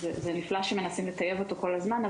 זה נפלא שמנסים לטייב אותו כל הזמן.